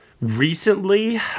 recently